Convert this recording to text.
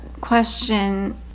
question